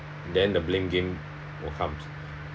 then the blame game will come